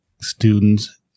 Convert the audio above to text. Students